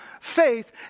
faith